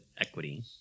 equity